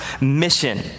Mission